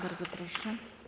Bardzo proszę.